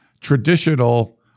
traditional